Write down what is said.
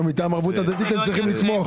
בשם הערבות ההדדית הם צריכים לתמוך.